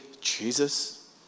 Jesus